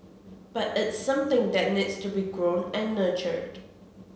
but it's something that needs to be grown and nurtured